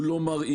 הוא לא מרעיש,